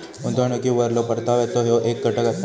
गुंतवणुकीवरलो परताव्याचो ह्यो येक घटक असा